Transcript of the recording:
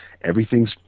Everything's